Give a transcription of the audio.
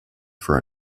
for